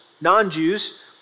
non-Jews